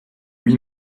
lui